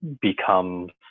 becomes